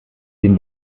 den